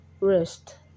rest